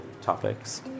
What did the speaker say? topics